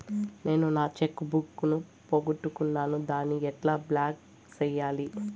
నేను నా cheque book ను పోగొట్టుకున్నాను దాన్ని ఎట్లా బ్లాక్ సేయాలి?